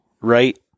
right